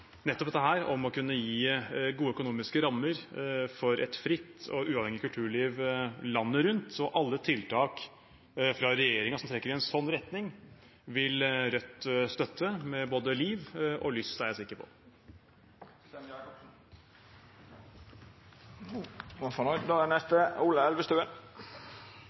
nettopp dette om å kunne gi gode økonomiske rammer for et fritt og uavhengig kulturliv landet rundt, og alle tiltak fra regjeringen som trekker i en sånn retning, vil Rødt støtte med både liv og lyst, er jeg sikker på. Rødt sier stadig at de er